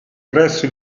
presso